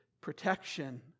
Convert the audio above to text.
protection